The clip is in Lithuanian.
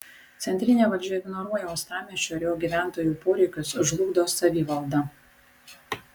centrinė valdžia ignoruoja uostamiesčio ir jo gyventojų poreikius žlugdo savivaldą